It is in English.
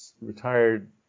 retired